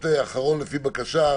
אחרון, לפי בקשה.